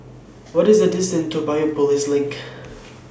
What IS The distance to Biopolis LINK